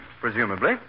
presumably